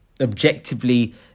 objectively